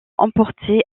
emporté